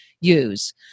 use